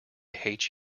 hate